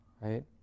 right